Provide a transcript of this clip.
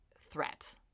threat